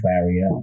barrier